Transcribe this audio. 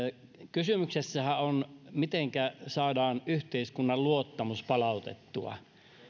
kysymyksessähän on mitenkä saadaan yhteiskunnan luottamus palautettua